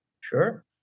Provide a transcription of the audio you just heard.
Sure